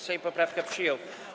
Sejm poprawkę przyjął.